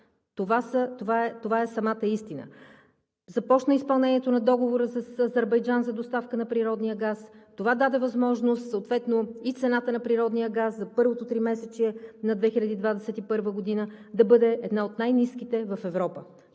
това е самата истина. Започна изпълнението на договора с Азербайджан за доставка на природния газ, това даде възможност, съответно и цената на природния газ за първото тримесечие на 2021 г., да бъде една от най-ниските в Европа.